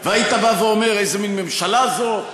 והיית אומר: איזה מין ממשלה זאת,